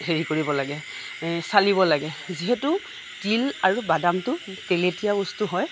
হেৰি কৰিব লাগে এ চালিব লাগে যিহেতু তিল আৰু বাদামটো তেলেতীয়া বস্তু হয়